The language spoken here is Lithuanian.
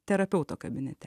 terapeuto kabinete